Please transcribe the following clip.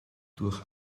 durch